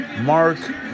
Mark